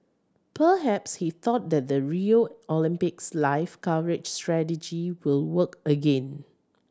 perhaps he thought that the Rio Olympics live coverage strategy will work again